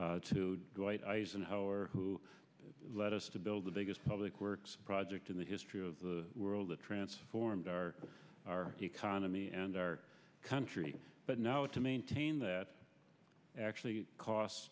to go ice and howard who led us to build the biggest public works project in the history of the world that transformed our our economy and our country but now to maintain that actually cost